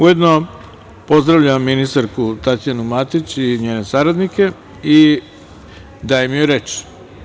Ujedno, pozdravljam ministarku Tatjanu Matić i njene saradnike i dajem joj reč.